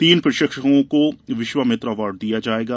तीन प्रशिक्षकों को विश्वामित्र अवार्ड दिया जायेगा